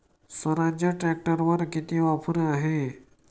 स्वराज्य ट्रॅक्टरवर ऑफर किती आहे?